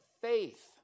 faith